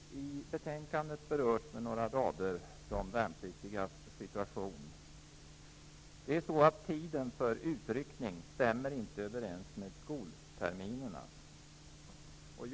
Herr talman! I betänkandet berörs med några rader de värnpliktigas situation. Tiden för utryckning stämmer inte överens med skolterminernas tider.